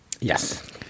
Yes